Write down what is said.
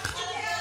בסדר.